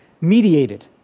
mediated